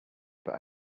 but